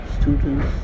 students